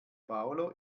paulo